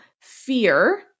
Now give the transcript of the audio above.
fear